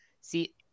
See